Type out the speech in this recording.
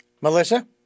Melissa